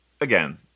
again